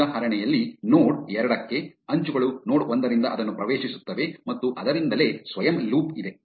ಈ ಉದಾಹರಣೆಯಲ್ಲಿ ನೋಡ್ ಎರಡಕ್ಕೆ ಅಂಚುಗಳು ನೋಡ್ ಒಂದರಿಂದ ಅದನ್ನು ಪ್ರವೇಶಿಸುತ್ತವೆ ಮತ್ತು ಅದರಿಂದಲೇ ಸ್ವಯಂ ಲೂಪ್ ಇದೆ